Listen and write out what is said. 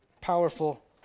powerful